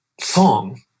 song